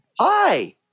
hi